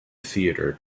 theatre